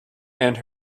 and